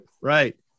Right